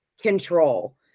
control